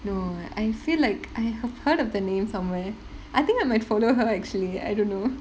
no I feel like I have heard of the name somewhere I think I might follow her actually I don't know